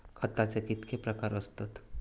खताचे कितके प्रकार असतत?